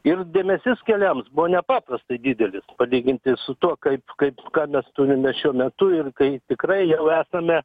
ir dėmesys keliams buvo nepaprastai didelis palyginti su tuo kaip kaip ką mes turime šiuo metu ir kai tikrai jau esame